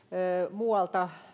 muualta